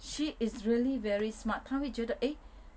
she is really very smart 她会觉得 eh